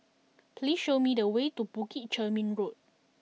please show me the way to Bukit Chermin Road